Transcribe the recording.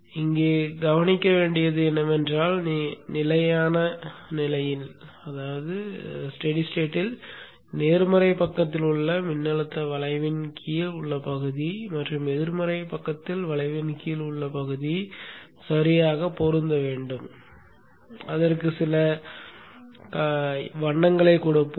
இங்கே கவனிக்க வேண்டியது என்னவென்றால் நிலையான நிலையின் நேர்மறை பக்கத்தில் உள்ள மின்னழுத்த வளைவின் கீழ் உள்ள பகுதி மற்றும் எதிர்மறை பக்கத்தில் வளைவின் கீழ் உள்ள பகுதி சரியாக பொருந்த வேண்டும் அதற்கு சில வண்ணங்களைக் கொடுப்போம்